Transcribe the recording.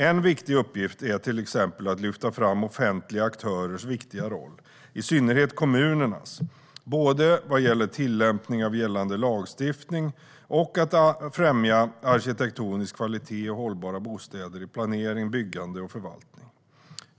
En viktig uppgift är till exempel att lyfta fram offentliga aktörers viktiga roll, i synnerhet kommunernas, både vad gäller tillämpning av gällande lagstiftning och att främja arkitektonisk kvalitet och hållbara bostäder i planering, byggande och förvaltning.